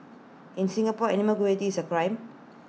in Singapore animal cruelty is A crime